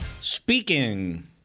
speaking